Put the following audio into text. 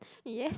yes